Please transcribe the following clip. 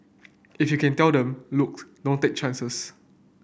if you can tell them look don't take chances